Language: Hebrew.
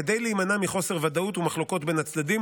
כדי להימנע מחוסר ודאות ומחלוקות בין הצדדים,